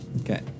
Okay